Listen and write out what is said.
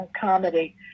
comedy